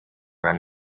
run